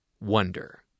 Wonder